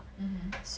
mmhmm